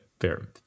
Fair